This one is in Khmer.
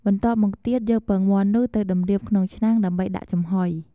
បន្ទាប់មកទៀត យកពងមាន់នោះទៅតម្រៀបក្នុងឆ្នាំងដើម្បីដាក់ចំហុយ។